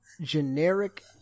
generic